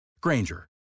Granger